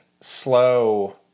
slow